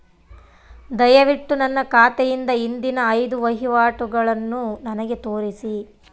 ದಯವಿಟ್ಟು ನನ್ನ ಖಾತೆಯಿಂದ ಹಿಂದಿನ ಐದು ವಹಿವಾಟುಗಳನ್ನು ನನಗೆ ತೋರಿಸಿ